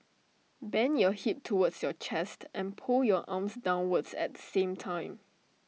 bend your hip towards your chest and pull your arms downwards at the same time